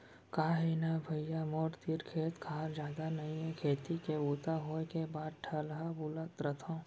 का हे न भइया मोर तीर खेत खार जादा नइये खेती के बूता होय के बाद ठलहा बुलत रथव